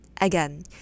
again